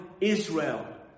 Israel